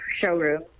showroom